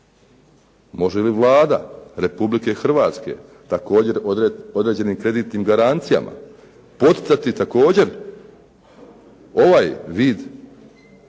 Može li Vlada Republike Hrvatske također određenim kreditnim garancijama poticati također ovaj vid